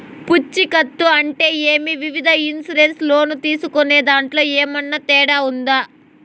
పూచికత్తు అంటే ఏమి? వివిధ ఇన్సూరెన్సు లోను తీసుకునేదాంట్లో ఏమన్నా తేడా ఉందా?